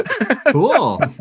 Cool